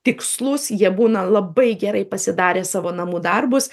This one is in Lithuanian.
tikslus jie būna labai gerai pasidarę savo namų darbus